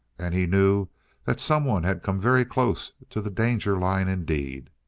and he knew that someone had come very close to the danger line indeed.